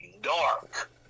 dark